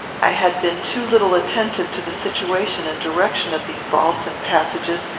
i had been too little attentive to the situation and direction of these vaults and passages,